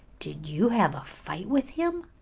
did you have a fight with him?